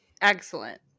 excellent